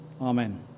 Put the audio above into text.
amen